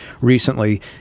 recently